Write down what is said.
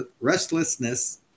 restlessness